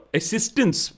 assistance